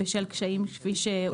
באופן המעשי, מה שקרה ב-2017 היה תאורטי.